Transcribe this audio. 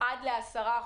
עד ל-10%,